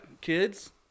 kids